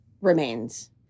remains